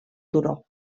turó